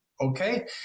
Okay